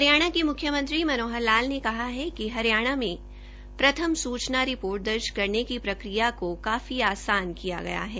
हरियाणा के मुख्यमंत्री मनोहर लाल ने कहा है कि हरियाणा में प्रथम सूचना रिपोर्ट दर्ज करने की प्रक्रिया को काफी आसान किया गया है